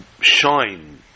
shine